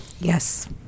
Yes